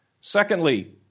Secondly